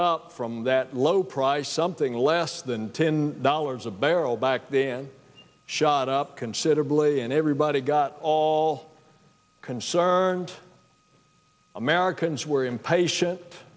up from that low price something less than ten dollars a barrel back then shot up considerably and everybody got all concerned americans were impatient